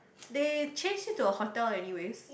they changed it to a hotel anyways